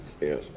Yes